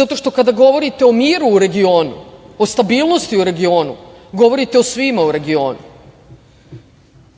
zato što kada govorite o miru u regionu, o stabilnosti u regionu, govorite o svima u regionu.